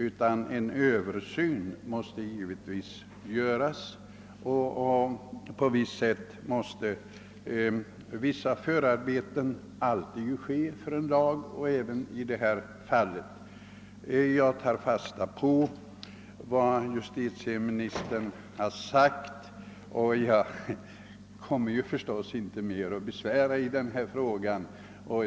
Man måste givetvis göra en översyn på området och utföra vissa förarbeten liksom alltid är fallet i lagstiftningssammanhang. Jag tar fasta på vad justitieministern nu har uttalat och skall inte återkomma i denna sak.